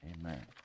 Amen